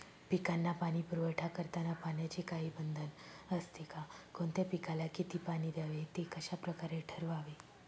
पिकांना पाणी पुरवठा करताना पाण्याचे काही बंधन असते का? कोणत्या पिकाला किती पाणी द्यावे ते कशाप्रकारे ठरवावे?